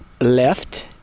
left